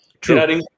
True